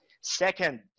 Second